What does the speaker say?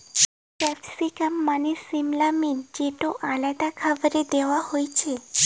capsicum মানে সিমলা মির্চ যেটো আলাদা খাবারে দেয়া হতিছে